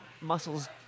muscles